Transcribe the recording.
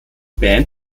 band